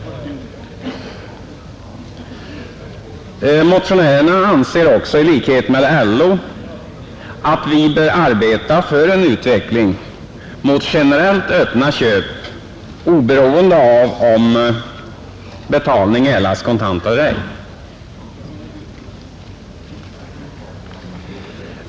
Motionärerna anser också, i likhet med LO, att vi bör arbeta för en utveckling mot generellt öppna köp, oberoende av om betalning erlagts kontant eller ej.